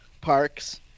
parks